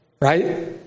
Right